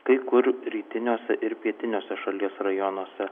kai kur rytiniuose ir pietiniuose šalies rajonuose